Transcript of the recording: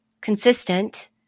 consistent